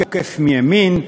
עוקף מימין,